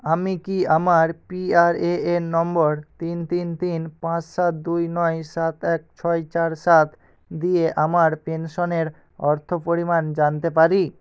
আমি কি আমার পিআরএএন নম্বর তিন তিন তিন পাঁচ সাত দুই নয় সাত এক ছয় চার সাত দিয়ে আমার পেনশনের অর্থ পরিমাণ জানতে পারি